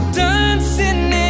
dancing